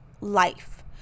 life